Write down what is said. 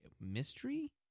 mystery